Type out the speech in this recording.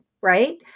right